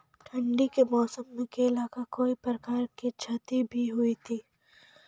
ठंडी के मौसम मे केला का कोई प्रकार के क्षति भी हुई थी?